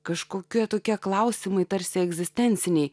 kažkokia tokie klausimai tarsi egzistenciniai